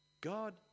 God